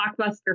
blockbuster